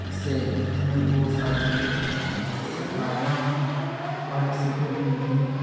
اس سے ہمیں بہت ساری چیزیں سیکھاتے ہیں اور ہمیں سیکھنے کو ملتی ہے